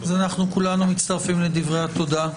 אנחנו כולנו מצטרפים לדברי התודה,